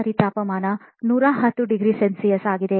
C ಆಗಿದೆ